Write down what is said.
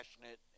passionate